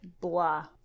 blah